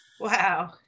Wow